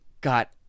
got